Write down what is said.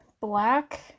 black